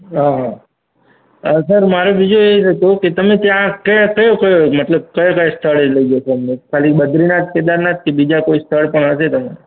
હા હા સર મારે બીજું એજ હતું કે તમે ત્યાં બીજો કયો કયો મતલબ કયા કયા સ્થળ લઈ જશો અમને ખાલી બદ્રીનાથ કેદારનાથ કે બીજા કોઈ સ્થળ પણ હશે તમાર